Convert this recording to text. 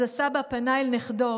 // אז הסבא פנה אל נכדו,